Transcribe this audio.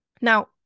Now